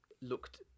looked